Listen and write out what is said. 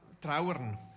trauern